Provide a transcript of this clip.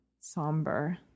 Somber